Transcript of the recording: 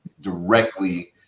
directly